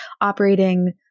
operating